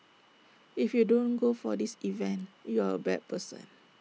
if you don't go for this event you are A bad person